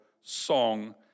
song